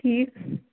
ٹھیٖک